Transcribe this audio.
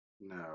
No